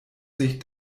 sich